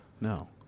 No